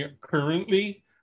Currently